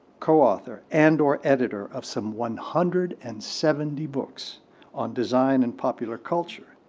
co-author, and or editor of some one hundred and seventy books on design and popular culture,